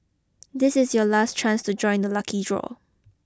this is your last chance to join the lucky draw